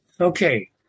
Okay